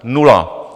Nula!